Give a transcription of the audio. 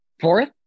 fourth